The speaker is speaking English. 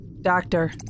doctor